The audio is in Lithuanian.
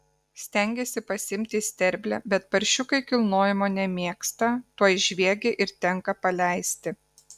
stengiasi pasiimti į sterblę bet paršiukai kilnojimo nemėgsta tuoj žviegia ir tenka paleisti